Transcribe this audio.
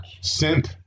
Simp